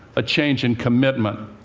a change in commitment.